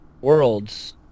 Worlds